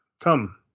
Come